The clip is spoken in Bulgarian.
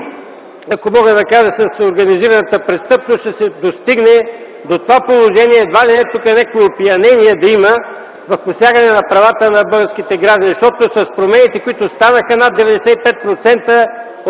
ако мога да кажа, с организираната престъпност ще се достигне до това положение, едва ли не тук да има някакво опиянение в посягане на правата на българските граждани. Защото с промените, които станаха, над 95%,